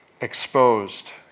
exposed